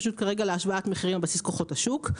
פשוט כרגע להשוואת מחירים על בסיס כוחות השוק,